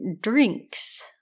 drinks